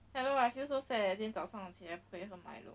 I know right I feel so sad 今天早上起来不可以喝 milo